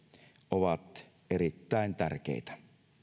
ovat erittäin tärkeitä